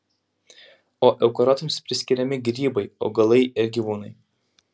o eukariotams priskiriami grybai augalai ir gyvūnai